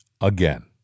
again